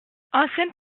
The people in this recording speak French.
ancienne